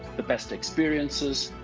the best experiences,